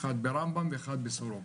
1 ברמב"ם ו-1 בסורוקה,